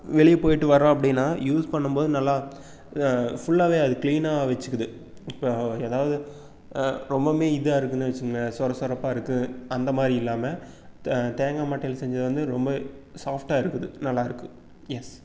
வெளியே போய்விட்டு வரோம் அப்படின்னா யூஸ் பண்ணும் போது நல்லா ஃபுல்லாகவே அது கிளீனாக வச்சுக்கிது இப்போ ஏதாவது ரொம்பவுமே இதாக இருக்குதுன்னு வச்சுங்களேன் சுரசொரப்பா இருக்குது அந்தமாதிரி இல்லாமல் தேங்காமட்டையில் செஞ்சது வந்து ரொம்ப சாஃப்ட்டாக இருக்குது நல்லா இருக்குது எஸ்